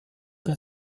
bei